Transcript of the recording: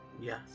Yes